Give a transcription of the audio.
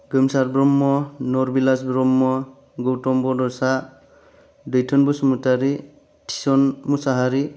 Gomsar Brahma Narbilash Brahma Gautam Badsa Daithun Basumatary Thisan Mushahary